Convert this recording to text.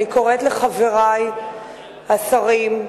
אני קוראת לחברי השרים,